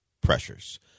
pressures